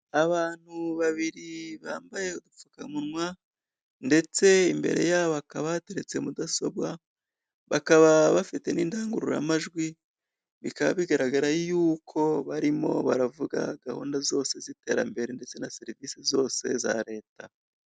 Abantu babiri bambaye udupfukamunwa, ndetse imbere yabo bakaba bateretse mudasobwa, bakaba bafite n'indangururamajwi, bikaba bigaragara yuko barimo baravuga gahunda zose z'iterambere ndetse na serivisi zose za leta.